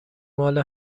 مال